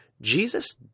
Jesus